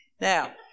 Now